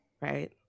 right